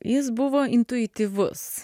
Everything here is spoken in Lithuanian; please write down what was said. jis buvo intuityvus